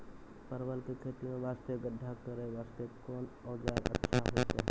परवल के खेती वास्ते गड्ढा करे वास्ते कोंन औजार अच्छा होइतै?